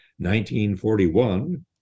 1941